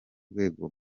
rwego